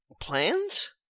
plans